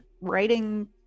writing